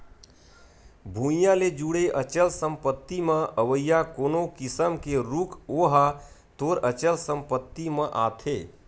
भुइँया ले जुड़े अचल संपत्ति म अवइया कोनो किसम के रूख ओहा तोर अचल संपत्ति म आथे